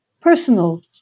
personal